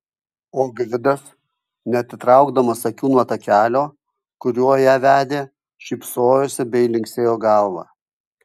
o gvidas neatitraukdamas akių nuo takelio kuriuo ją vedė šypsojosi bei linksėjo galva